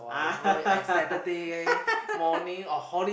ah